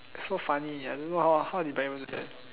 so funny I I don't know how Brian do that